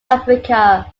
africa